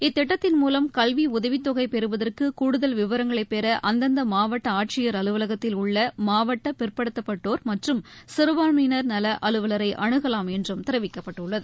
இத்திட்டத்தின் மூலம் கல்வி உதவித்தொகை பெறுவதற்கு கூடுதல் விவரங்களை பெற அந்தந்த மாவட்ட ஆட்சியர் அலுவலகத்தில் உள்ள மாவட்ட பிற்படுத்தப்பட்டோர் மற்றும் சிறுபான்மையினர் நல அலுவலரை அணுகலாம் என்றும் தெரிவிக்கப்பட்டுள்ளது